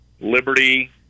Liberty